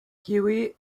huey